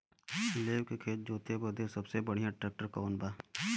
लेव के खेत जोते बदे सबसे बढ़ियां ट्रैक्टर कवन बा?